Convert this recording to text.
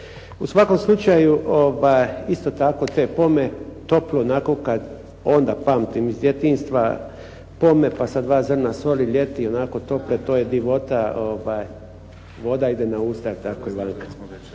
U svakom slučaju isto tako te pome, toplo onako kad onda, pamtim iz djetinjstva, pome pa sa dva zrna soli ljeti, onako ljeti to je divota. Voda ide na usta, je li tako Ivanka?